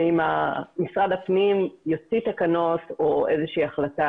אם משרד הפנים יוציא תקנות או איזושהי החלטה